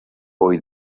hoy